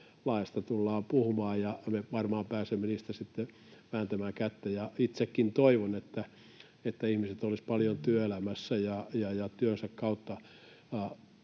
laeista tullaan puhumaan, ja me varmaan pääsemme niistä sitten vääntämään kättä. Itsekin toivon, että ihmiset olisivat paljon työelämässä ja työnsä kautta